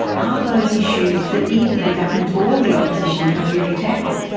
are those issues that either the government or the opposition can really tackle?